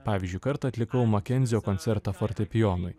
pavyzdžiui kartą atlikau makenzio koncertą fortepijonui